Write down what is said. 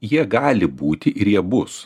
jie gali būti ir jie bus